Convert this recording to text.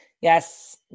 Yes